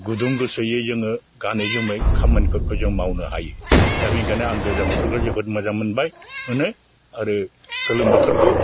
गुदुं गोसोयै जोङो गानै जोमै खामानिफोरखौ जों मावनो हायो दा बिनिखायनो आं गोजां बोथोरखौ जोबोर मोजां मोनबाय मोनो आरो गोलोम बोथोरखौ